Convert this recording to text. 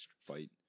fight